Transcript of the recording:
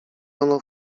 ono